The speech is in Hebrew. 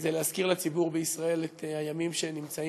וזה להזכיר לציבור בישראל את מספר